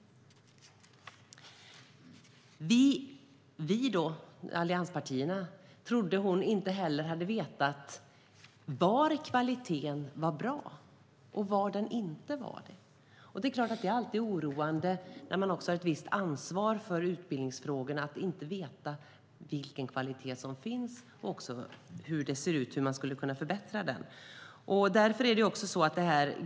Statssekreteraren trodde inte heller att vi i allianspartierna visste var kvaliteten var bra och inte var bra. Det är alltid oroande när man har ett visst ansvar för utbildningsfrågorna att man inte känner till kvaliteten och hur den kan förbättras.